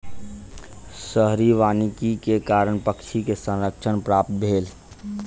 शहरी वानिकी के कारण पक्षी के संरक्षण प्राप्त भेल